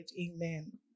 Amen